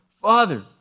Father